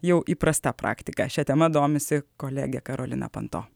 jau įprasta praktika šia tema domisi kolegė karolina panto